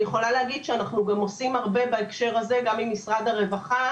אני יכולה להגיד שאנחנו גם עושים הרבה בהקשר הזה עם משרד הרווחה,